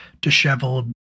disheveled